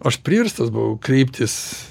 aš priverstas buvau kreiptis